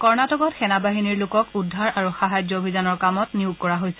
কৰ্ণটিকত সেনাবাহিনীৰ লোকক উদ্ধাৰ আৰু সাহায্য অভিযানৰ কামত নিয়োগ কৰা হৈছে